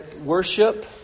worship